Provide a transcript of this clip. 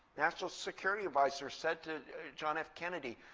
national security advisor, said to john f kennedy,